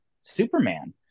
Superman